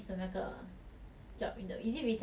oh then 你昨天去 interview is for which one